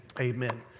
amen